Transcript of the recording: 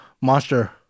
monster